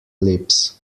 lips